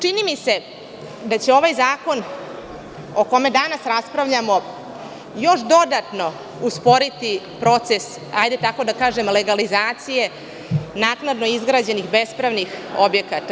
Čini mi se da će ovaj zakon, o kome danas raspravljamo, još dodatno usporiti proces, hajde tako da kažem, legalizacije naknadno izgrađenih bespravnih objekata.